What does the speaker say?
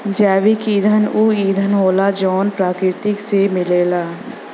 जैविक ईंधन ऊ ईंधन होला जवन प्रकृति से मिलेला